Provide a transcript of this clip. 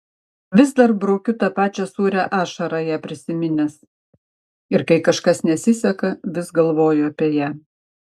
vis dar braukiu tą pačią sūrią ašarą ją prisiminęs ir kai kažkas nesiseka vis galvoju apie ją